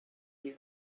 you